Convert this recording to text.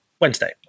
wednesday